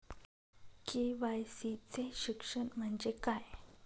KYC चे शिक्षण म्हणजे काय?